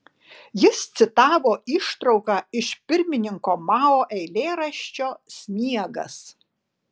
jis citavo ištrauką iš pirmininko mao eilėraščio sniegas